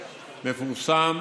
הנוהל המלא מפורסם